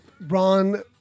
Ron